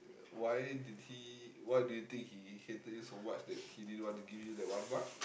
uh why did he why do you think he hated it so much that he didn't want to give you that one mark